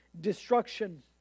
destruction